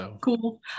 Cool